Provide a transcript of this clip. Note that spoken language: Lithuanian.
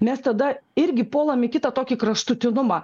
mes tada irgi puolam į kitą tokį kraštutinumą